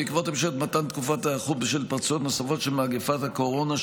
בעקבות המשך מתן תקופות היערכות בשל התפרצויות נוספות של מגפת הקורונה,